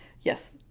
Yes